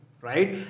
right